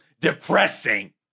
depressing